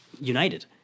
united